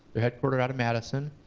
they're headquartered out of madison.